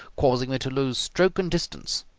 causing me to lose stroke and distance.